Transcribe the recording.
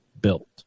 built